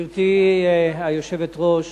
גברתי היושבת-ראש,